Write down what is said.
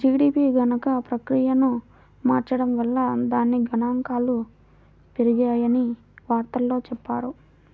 GDP గణన ప్రక్రియను మార్చడం వల్ల దాని గణాంకాలు పెరిగాయని వార్తల్లో చెప్పారు